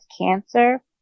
cancer